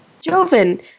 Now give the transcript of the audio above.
Joven